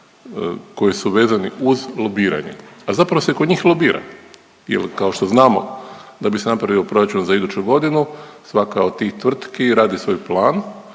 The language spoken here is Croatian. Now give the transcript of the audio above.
koji su vezani uz lobiranje, a zapravo se kod njih lobira. Jer kao što znamo da bi se napravio proračun za iduću godinu svaka od tih tvrtki radi svoj plan